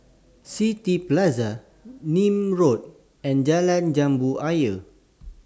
City Plaza Nim Road and Jalan Jambu Ayer